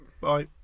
bye